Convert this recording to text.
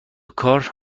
کار